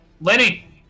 Lenny